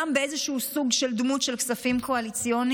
גם באיזשהו סוג של דמות של כספים קואליציוניים